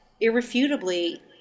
irrefutably